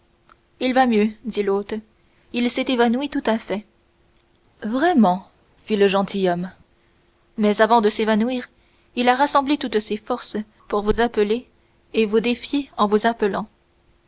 il va mieux dit l'hôte il s'est évanoui tout à fait vraiment fit le gentilhomme mais avant de s'évanouir il a rassemblé toutes ses forces pour vous appeler et vous défier en vous appelant